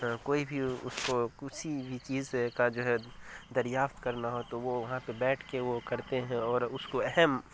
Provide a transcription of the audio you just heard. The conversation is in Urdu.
کوئی بھی اس کو کسی بھی چیز کا جو ہے دریافت کرنا ہو تو وہاں پہ بیٹھ کے وہ کرتے ہیں اور اس کو اہم